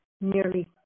nearly